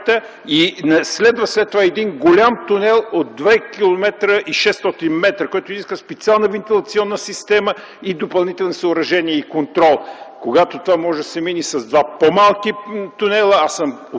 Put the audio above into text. и след това следва един голям тунел 2 км 600 м, който изисква специална вентилационна система и допълнителни съоръжения и контрол, когато това може да мине с два по-малки тунела. Аз съм